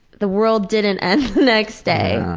the world didn't end the next day.